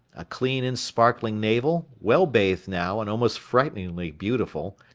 a clean and sparkling navel, well-bathed now and almost frighteningly beautiful,